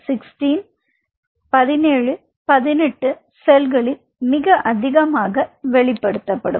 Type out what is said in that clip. F1617 18 செல்களில் மிக அதிகமாக வெளிப்படுத்தப்படும்